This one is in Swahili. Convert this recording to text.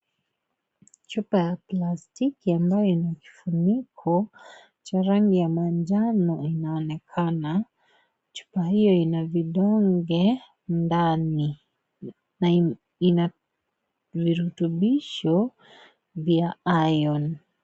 Cupa ya plastiki ambayo ina kifuniko ya manjano inaonekana, chupa hiyo ina vidonge ndani na ina virutubisho vya iron .